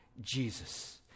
Jesus